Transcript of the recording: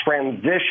transition